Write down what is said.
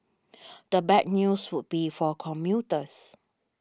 the bad news would be for commuters